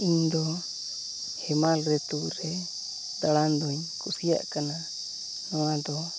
ᱤᱧᱫᱚ ᱦᱮᱢᱟᱞ ᱨᱤᱛᱩᱨᱮ ᱫᱟᱬᱟᱱᱫᱚᱧ ᱠᱩᱥᱤᱭᱟᱜ ᱠᱟᱱᱟ ᱱᱚᱣᱟᱫᱚ